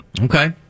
okay